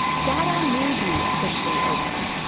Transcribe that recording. dada may be officially over,